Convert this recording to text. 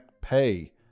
pay